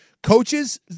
Coaches